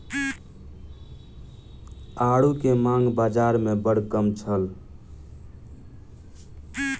आड़ू के मांग बाज़ार में बड़ कम छल